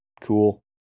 Cool